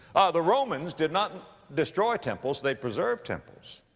the romans did not destroy temples. they preserved temples.